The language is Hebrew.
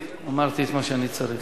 אמרתי את מה שאני צריך.